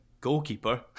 goalkeeper